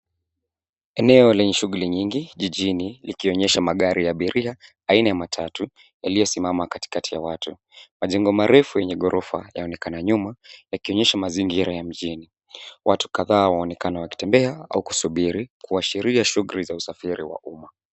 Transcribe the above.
Eneo lenye shughuli nyingi jijini, likionyesha magari ya abiria, aina ya matatu yaliyosimama katikati ya watu. Majengo marefu yenye ghorofa yaonekana nyuma yakionyesha mazingira ya mjini. Watu kadhaa waonekana wakitembea au kusubiri, kuashiria shughuli za usafiri wa umma.